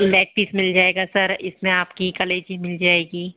leg piece मिल जाएगा sir इसमें आपकी कलेजी मिल जाएगी